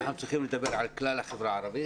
אנחנו צריכים לדבר על כלל החברה הערבית